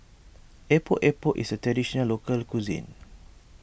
Epok Epok is a Traditional Local Cuisine